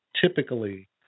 typically